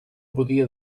podia